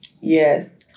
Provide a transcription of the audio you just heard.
Yes